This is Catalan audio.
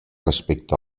respecte